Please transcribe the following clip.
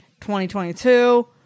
2022